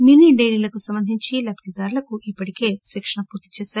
mini డెయిరీలకు సంబంధించి లబ్దిదారులకు ఇప్పటికే శిక్షణ పూర్తిచేశారు